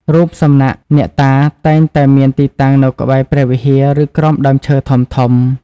រូបសំណាកអ្នកតា តែងតែមានទីតាំងនៅក្បែរព្រះវិហារ ឬក្រោមដើមឈើធំៗ។